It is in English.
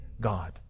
God